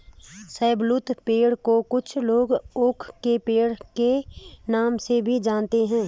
शाहबलूत पेड़ को कुछ लोग ओक के पेड़ के नाम से भी जानते है